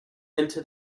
into